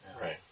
right